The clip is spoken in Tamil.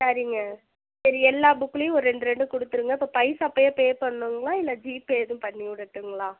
சரிங்க சரி எல்லா புக்லையும் ஒரு ரெண்டு ரெண்டு கொடுத்துருங்க இப்போ பைசா இப்போயே பே பண்ணுங்களா இல்லை ஜிபே எதுவும் பண்ணி விடட்டுங்களா